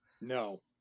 No